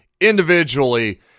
individually